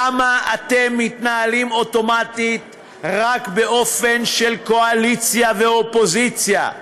למה אתם מתנהלים אוטומטית רק באופן של קואליציה ואופוזיציה?